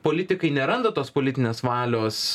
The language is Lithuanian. politikai neranda tos politinės valios